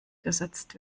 gesetzt